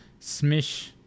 Smish